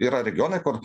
yra regionai kur